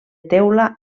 teula